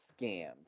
scammed